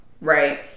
Right